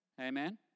Amen